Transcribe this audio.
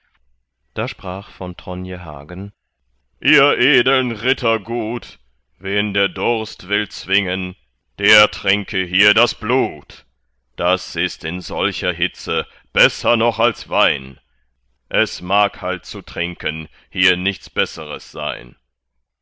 da sprach von tronje hagen ihr edeln ritter gut wen der durst will zwingen der trinke hier das blut das ist in solcher hitze besser noch als wein es mag halt zu trinken hier nichts besseres sein